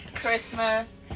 Christmas